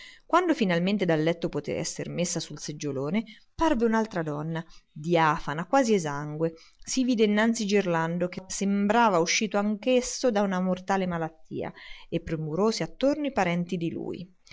quando finalmente dal letto poté esser messa a sedere sul seggiolone parve un'altra donna diafana quasi esangue si vide innanzi gerlando che sembrava uscito anch'esso da una mortale malattia e premurosi attorno i parenti di lui